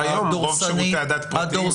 היום רוב שירותי הדת פרטיים.